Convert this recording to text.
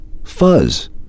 fuzz